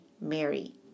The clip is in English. Mary